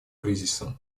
кризисом